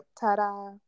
Ta-da